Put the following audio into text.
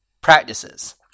practices